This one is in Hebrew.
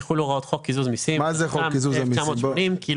המשמעות פשוט שזה יהיה בתוך החוק עד סוף 2024 כדי